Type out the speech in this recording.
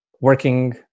working